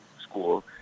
school